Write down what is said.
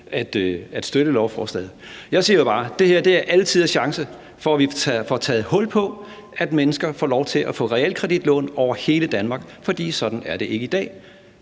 at støtte lovforslaget. Jeg siger jo bare, at det her er alle tiders chance for, at vi får taget hul på, at mennesker får lov til at få realkreditlån over hele Danmark, for sådan er det ikke i dag.